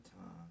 time